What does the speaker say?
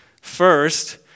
first